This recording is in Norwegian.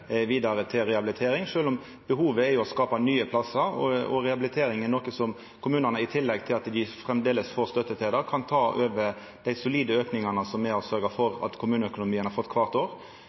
vidare til rehabilitering, sjølv om behovet er å skapa nye plassar. Og når det gjeld rehabilitering, er det kommunane – i tillegg til at dei framleis får støtte til det – som kan ta over dei solide aukingane som me har sørgt for at kommuneøkonomien har fått kvart år.